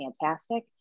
fantastic